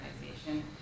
organization